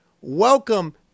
Welcome